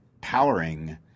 powering